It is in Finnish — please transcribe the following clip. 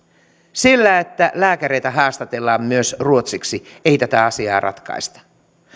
sillä että lääkäreitä haastatellaan myös ruotsiksi ei tätä asiaa ratkaista